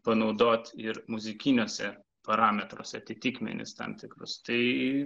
panaudot ir muzikiniuose parametruose atitikmenis tam tikrus tai